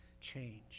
change